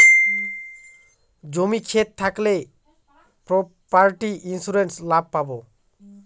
জমি ক্ষেত থাকলে প্রপার্টি ইন্সুরেন্স লাভ পাবো